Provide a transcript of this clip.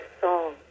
song